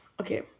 okay